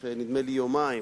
נדמה לי במשך יומיים,